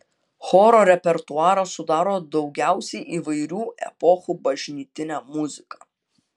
choro repertuarą sudaro daugiausiai įvairių epochų bažnytinė muzika